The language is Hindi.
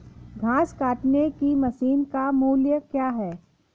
घास काटने की मशीन का मूल्य क्या है?